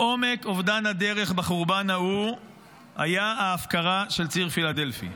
עומק אובדן הדרך בחורבן ההוא היה ההפקרה של ציר פילדלפי.